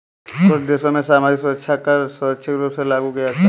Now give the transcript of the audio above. कुछ देशों में सामाजिक सुरक्षा कर स्वैच्छिक रूप से लागू किया जाता है